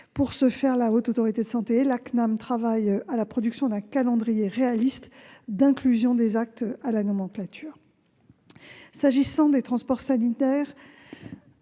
Pour ce faire, la Haute Autorité de santé et la CNAM travaillent à la production d'un calendrier réaliste d'inclusion des actes à la nomenclature. En ce qui concerne les transports sanitaires,